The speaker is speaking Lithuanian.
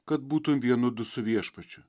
kad būtum vienu du su viešpačiu